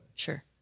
Sure